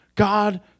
God